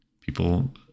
people